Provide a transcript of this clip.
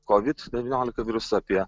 covid devyniolika virusą apie